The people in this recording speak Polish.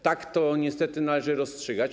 Tak to niestety należy rozstrzygać.